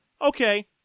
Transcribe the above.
okay